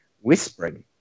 whispering